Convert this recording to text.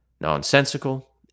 nonsensical